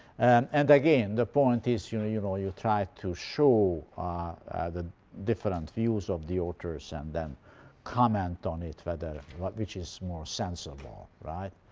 and and again the point is, you know, you know you try to show the different views of the authors, and then comment on it, whether which is more sensible. right?